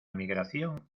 migración